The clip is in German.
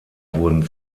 wurden